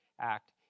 act